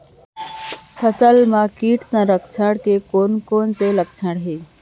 फसल म किट संक्रमण के कोन कोन से लक्षण हे?